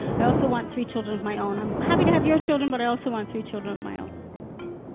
i also want three children of my own. i'm happy to have your children, but i also want three children of my own